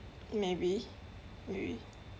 maybe maybe